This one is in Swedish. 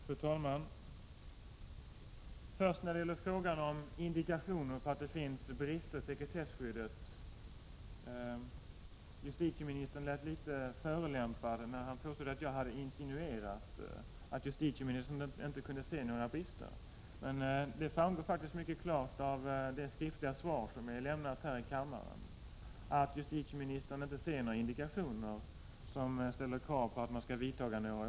Fru talman! Först när det gäller frågan om indikationer på att det finns brister i sekretesskyddet: Justitieministern lät litet förolämpad när han påstod att jag hade insinuerat att justitieministern inte kunde se några brister. Men det framgår mycket klart av det svar som justitieministern lämnat här i kammaren att justitieministern inte ser några indikationer som ställer krav på att man skall vidta åtgärder.